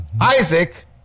Isaac